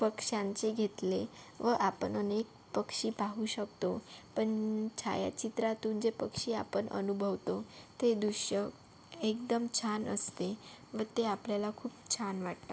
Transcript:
पक्षांचे घेतले व आपण अनेक पक्षी पाहू शकतो पण छायाचित्रातून जे पक्षी आपण अनुभवतो ते दृश्य एकदम छान असते व ते आपल्याला खूप छान वाटतं